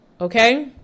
Okay